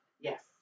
Yes